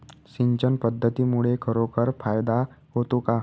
सिंचन पद्धतीमुळे खरोखर फायदा होतो का?